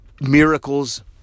miracles